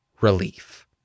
relief